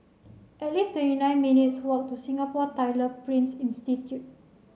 at least in nine minutes' walk to Singapore Tyler Prints Institute